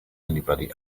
anybody